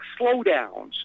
slowdowns